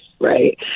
right